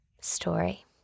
story